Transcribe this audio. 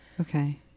Okay